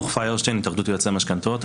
אני מהתאחדות יועצי המשכנתאות.